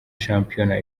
shampiyona